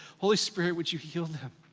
holy spirit, would you heal them?